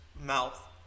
mouth